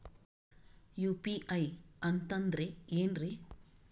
UPI ಅಂತಂದ್ರೆ ಏನ್ರೀ?